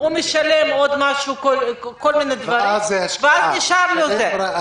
הוא משלם עוד כל מיני דברים ואז נשאר לו סכום.